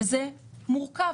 וזה מורכב.